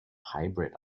hybrid